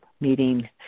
meeting